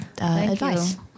advice